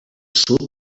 sud